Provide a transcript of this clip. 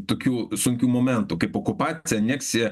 tokių sunkių momentų kaip okupacija aneksija